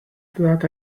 that